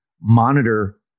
monitor